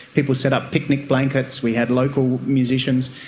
people set up picnic blankets, we had local musicians,